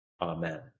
Amen